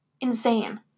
insane